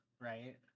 right